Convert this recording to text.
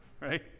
right